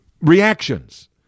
reactions